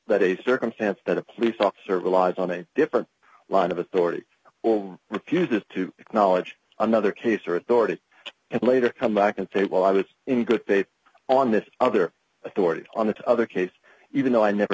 that a circumstance that a police officer relies on a different line of authority refuses to acknowledge another case or authority and later come back and say well i was in good faith on this other authority on this other case even though i never